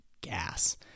gas